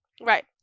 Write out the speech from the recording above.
Right